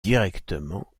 directement